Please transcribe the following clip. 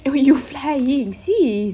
you you flying sis